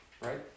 right